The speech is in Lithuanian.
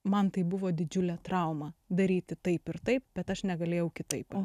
man tai buvo didžiulė trauma daryti taip ir taip bet aš negalėjau kitaip